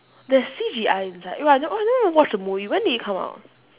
there's C_G_I inside oh I never I never watch the movie when did it come out